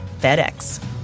FedEx